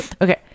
Okay